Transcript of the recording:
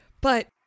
But-